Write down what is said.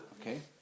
Okay